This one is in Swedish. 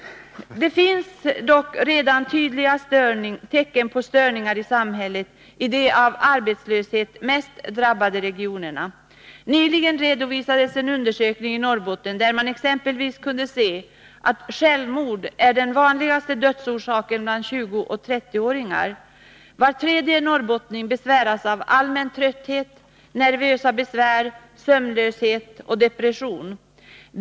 Det finns dock redan tydliga tecken på störningar i samhället i de av arbetslöshet mest drabbade regionerna. Nyligen redovisades en undersökning i Norrbotten, där man exempelvis kunde se att självmord är den vanligaste dödsorsaken bland 20 och 30-åringar. Var tredje norrbottning besväras av allmän trötthet, nervösa besvär, sömnlöshet och depression.